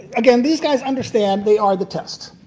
again, these guys understand they are the test.